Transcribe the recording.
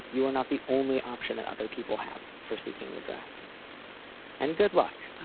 you are not the only option that other people have for seeking redress and good luck.